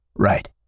right